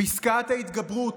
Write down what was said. פסקת ההתגברות,